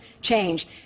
change